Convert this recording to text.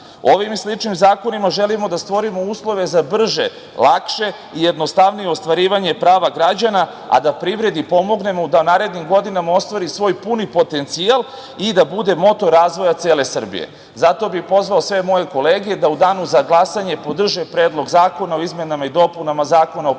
i sličnim zakonima želimo da stvorimo uslove za brže, lakše i jednostavnije ostvarivanje prava građana, a da privredi pomognemo da u narednim godinama ostvari svoj puni potencijal i da bude motor razvoja cele Srbije. zato bih pozvao sve moje kolege da u danu za glasanje podrže Predlog zakona o izmenama i dopunama Zakona o pečatu